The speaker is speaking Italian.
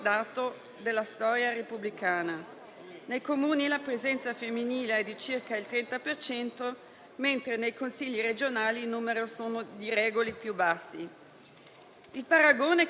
È questa la norma a cui la Puglia non si è adeguata e, come autonomista, dispiace che lo Stato sia stato costretto ad intervenire, esercitando per la prima volta il potere sostitutivo.